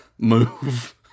Move